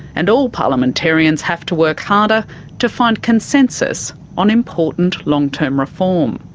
and all parliamentarians have to work harder to find consensus on important long-term reform.